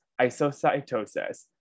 isocytosis